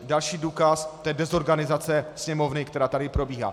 Další důkaz té dezorganizace Sněmovny, která tady probíhá.